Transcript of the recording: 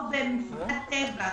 כמו במפגע טבע,